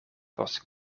post